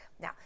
Now